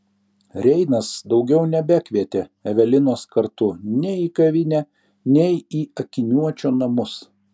reinas daugiau nebekvietė evelinos kartu nei į kavinę nei į akiniuočio namus